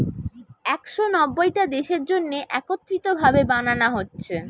একশ নব্বইটা দেশের জন্যে একত্রিত ভাবে বানানা হচ্ছে